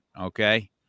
Okay